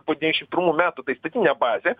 po devyniasdešim pirmų metų ta įstatinė bazė